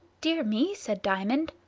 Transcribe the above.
dear me! said diamond,